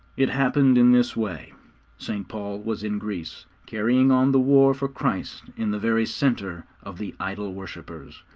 it happened in this way st. paul was in greece, carrying on the war for christ in the very centre of the idol-worshippers.